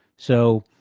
so,